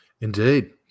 indeed